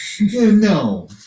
No